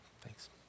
Thanks